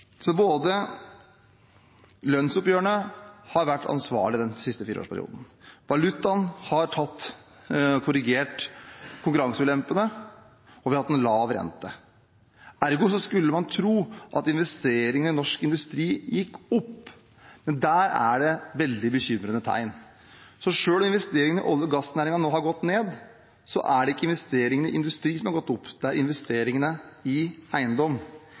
Lønnsoppgjørene har vært ansvarlige i den siste fireårsperioden, valutaen har korrigert konkurranseulempene, og vi har hatt en lav rente. Ergo skulle man tro at investeringene i norsk industri gikk opp, men der er det veldig bekymrende tegn. Selv om investeringene i olje- og gassnæringen nå har gått ned, er det ikke investeringene i industri som har gått opp, det er investeringene i eiendom.